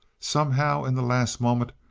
somehow, in the last moment,